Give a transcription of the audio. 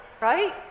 Right